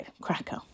cracker